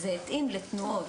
זה התאים לתנועות.